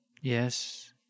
Yes